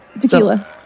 Tequila